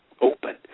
open